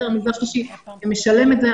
המגזר השלישי משלם את זה,